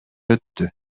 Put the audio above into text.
өттү